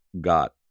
got